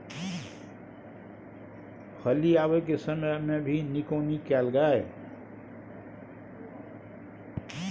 फली आबय के समय मे भी निकौनी कैल गाय?